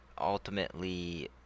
ultimately